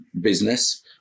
business